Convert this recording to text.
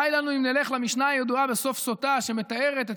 די לנו אם נלך למשנה הידועה בסוף סוטה שמתארת את